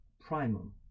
primum